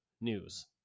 news